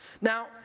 Now